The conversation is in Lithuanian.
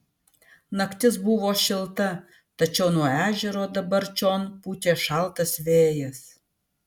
naktis buvo šilta tačiau nuo ežero dabar čion pūtė šaltas vėjas